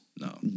No